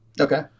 Okay